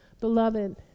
Beloved